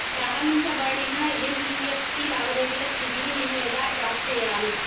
ప్రారంభించబడిన ఎన్.ఇ.ఎఫ్.టి లావాదేవీల స్థితిని నేను ఎలా ట్రాక్ చేయాలి?